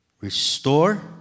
restore